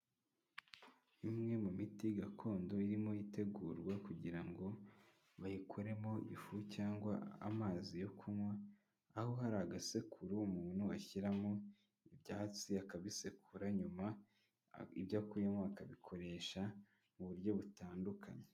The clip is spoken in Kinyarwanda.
Imwe mu miti gakondo irimo itegurwa kugira ngo bayikoremo ifu cyangwa amazi yo kunywa, aho hari agasekuru umuntu ashyiramo ibyatsi akabisekura, nyuma ibyo akuyemo akabikoresha mu buryo butandukanye.